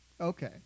Okay